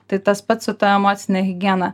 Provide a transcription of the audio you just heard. tai tas pats su ta emocine higiena